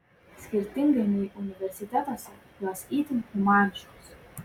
skirtingai nei universitetuose jos itin humaniškos